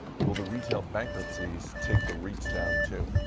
will the retail bankruptcies take the reits down too?